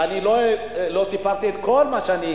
ואני לא סיפרתי את כל מה שאני,